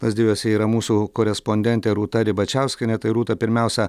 lazdijuose yra mūsų korespondentė rūta ribačiauskienė tai rūta pirmiausia